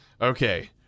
Okay